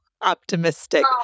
optimistic